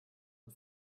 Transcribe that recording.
und